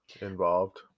involved